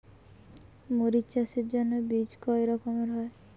মরিচ চাষের জন্য বীজ কয় রকমের হয়?